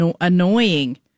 annoying